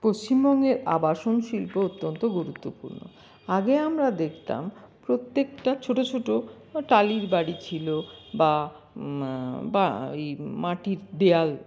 পশ্চিমবঙ্গে আবাসান শিল্প অত্যন্ত গুরুত্বপূর্ণ আগে আমরা দেখতাম প্রত্যেকটা ছোট ছোট ও টালির বাড়ি ছিল বা বা ওই মাটির দেওয়াল